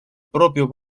propio